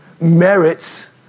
merits